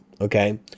Okay